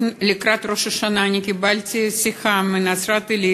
לקראת ראש השנה אני קיבלתי שיחה מנצרת-עילית,